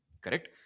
Correct